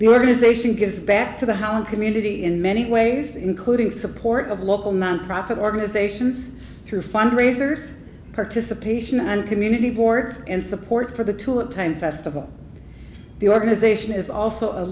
the organization gives back to the how community in many ways including support of local nonprofit organizations through fundraisers participation and community boards and support for the tulip time festival the organization is also a